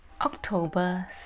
October